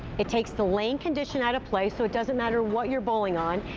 it takes the lane condition out of play, so it doesn't matter what you're bowling on.